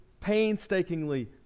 painstakingly